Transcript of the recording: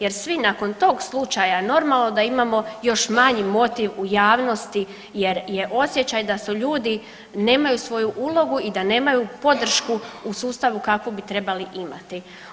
Jer svi nakon tog slučaja normalno da imamo još manji motiv u javnosti, jer je osjećaj da su ljudi nemaju svoju ulogu i da nemaju podršku u sustavu kakvu bi trebali imati.